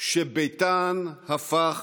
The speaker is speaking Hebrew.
שביתם הפך